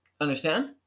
Understand